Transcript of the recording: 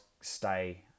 stay